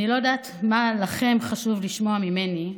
אני לא יודעת מה לכם חשוב לשמוע ממני,